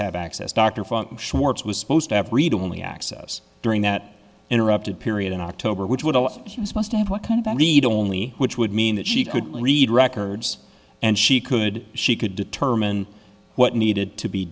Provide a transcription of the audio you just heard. have access dr funke schwartz was supposed to have read only access during that interrupted period in october which would allow his must have what kind of an read only which would mean that she could read records and she could she could determine what needed to be